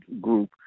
group